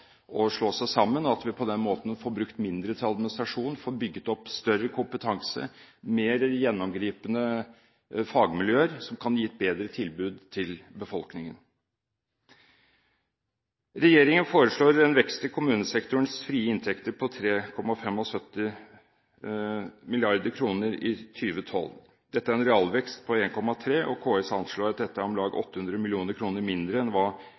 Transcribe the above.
å slå seg sammen, og at vi på den måten får brukt mindre til administrasjon, får bygd opp større kompetanse og mer gjennomgripende fagmiljøer som kan gi et bedre tilbud til befolkningen. Regjeringen foreslår en vekst i kommunesektorens frie inntekter på 3,75 mrd. kr i 2012. Dette er en realvekst på 1,3 pst., og KS anslår at dette er om lag 800 mill. kr mindre enn